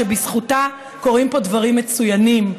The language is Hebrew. שבזכותה קורים פה דברים מצוינים.